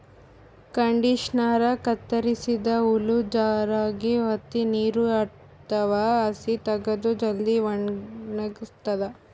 ಕಂಡಿಷನರಾ ಕತ್ತರಸಿದ್ದ್ ಹುಲ್ಲ್ ಜೋರಾಗ್ ವತ್ತಿ ನೀರ್ ಅಥವಾ ಹಸಿ ತಗದು ಜಲ್ದಿ ವಣಗಸ್ತದ್